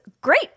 great